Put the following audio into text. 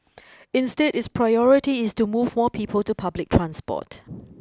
instead its priority is to move more people to public transport